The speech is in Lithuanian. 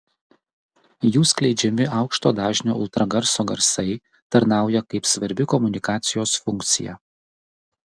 jų skleidžiami aukšto dažnio ultragarso garsai tarnauja kaip svarbi komunikacijos funkcija